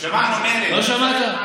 לא שמעת?